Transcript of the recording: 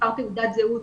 מספר תעודת זהות,